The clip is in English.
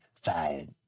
fired